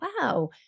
wow